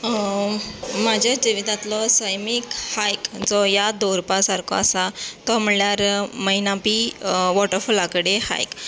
म्हज्या जिवितांतलो सैमीक हायक खंयचो याद दवरपा सारको आसा तो म्हणल्यार मैनापी वॉटरफॉला कडेन हायक